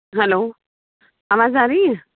hello आवाज़ आ रही है